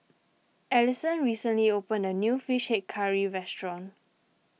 Allyson recently opened a new Fish Head Curry restaurant